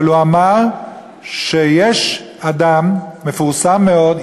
אבל הוא אמר שיש אדם מפורסם מאוד,